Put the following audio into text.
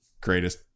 greatest